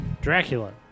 Dracula